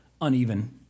uneven